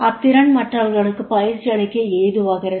அத்திறன் மற்றவர்களுக்குப் பயிற்சி அளிக்க ஏதுவாகிறது